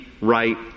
right